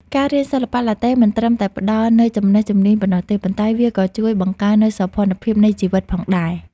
ការរៀនសិល្បៈឡាតេមិនត្រឹមតែផ្តល់នូវចំណេះជំនាញប៉ុណ្ណោះទេ ប៉ុន្តែវាក៏ជួយបង្កើននូវសោភ័ណភាពនៃជីវិតផងដែរ។